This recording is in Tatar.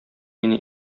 мине